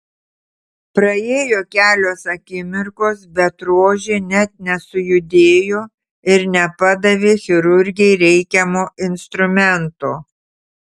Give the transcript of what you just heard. praėjo kelios akimirkos bet rožė net nesujudėjo ir nepadavė chirurgei reikiamo instrumento